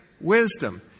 wisdom